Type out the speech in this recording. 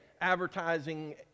advertising